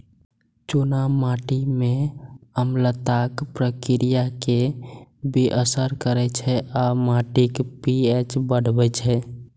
चूना माटि मे अम्लताक प्रतिक्रिया कें बेअसर करै छै आ माटिक पी.एच बढ़बै छै